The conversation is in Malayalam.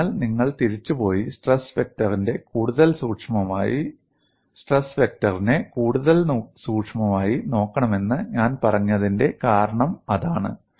അതിനാൽ നിങ്ങൾ തിരിച്ചുപോയി സ്ട്രെസ് വെക്റ്ററിനെ കൂടുതൽ സൂക്ഷ്മമായി നോക്കണമെന്ന് ഞാൻ പറഞ്ഞതിന്റെ കാരണം അതാണ്